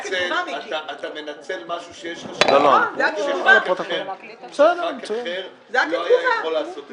אתה מנצל משהו שיש לך שחבר כנסת אחר לא היה יכול לעשות את זה.